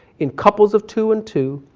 in couples of two and two,